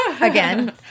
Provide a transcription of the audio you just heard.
again